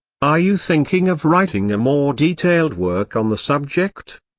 are you thinking of writing a more detailed work on the subject?